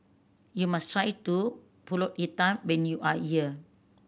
you must try to Pulut Hitam when you are here